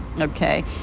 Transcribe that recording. okay